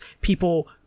people